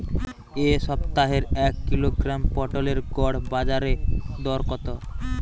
এ সপ্তাহের এক কিলোগ্রাম পটলের গড় বাজারে দর কত?